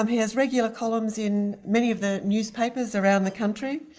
um has regular columns in many of the newspapers around the country.